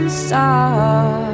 star